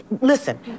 Listen